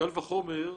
קל וחומר,